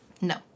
No